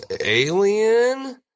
alien